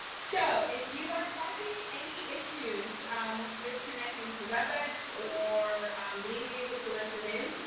so, if you are having any issues um with connectioning to webex or being able to listen in,